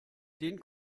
den